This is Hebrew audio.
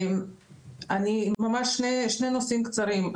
ממש שני נושאים קצרים.